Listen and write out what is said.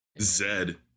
Zed